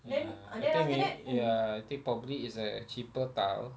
ya I think we ya I think probably it's a cheaper tile